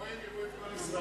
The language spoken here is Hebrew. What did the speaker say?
פה הם יראו את כל ישראל